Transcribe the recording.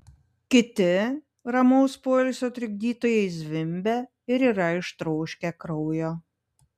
kiti ramaus poilsio trikdytojai zvimbia ir yra ištroškę kraujo